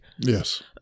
Yes